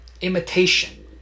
imitation